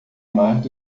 mais